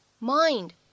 Mind